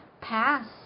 pass